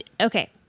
okay